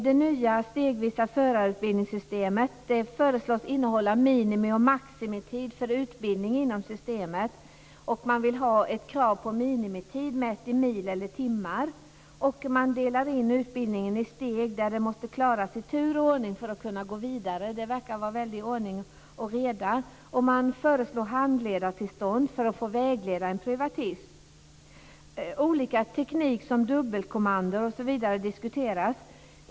Det nya systemet för stegvis förarutbildning föreslås innehålla minimi och maximitid för utbildning inom systemet. Man vill ha ett krav på minimitid mätt i mil eller timmar. Man delar in utbildningen i steg som måste klaras i tur och ordning för att man skall kunna gå vidare. Det verkar vara väldig ordning och reda. Man föreslår handledartillstånd för att vägleda en privatist. Olika teknik som dubbelkommandon osv. diskuteras.